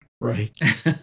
Right